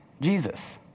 Jesus